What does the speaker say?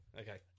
okay